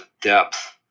depth